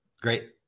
Great